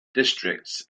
districts